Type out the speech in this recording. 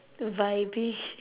the vibing